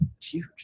huge